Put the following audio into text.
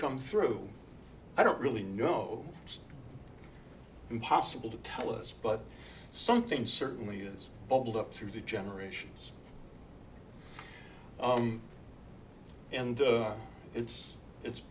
come through i don't really know impossible to tell us but something certainly has bubbled up through the generations and it's it's